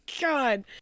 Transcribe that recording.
God